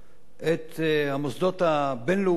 את המוסדות הבין-לאומיים,